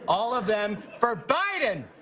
all of them for biden!